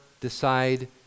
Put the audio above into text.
decide